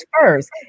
first